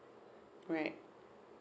right